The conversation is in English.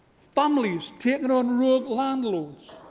families taking on rogue landlords,